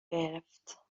گرفت